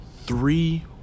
three